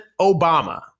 Obama